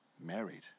married